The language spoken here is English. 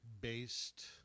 based